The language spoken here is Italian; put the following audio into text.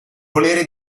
volere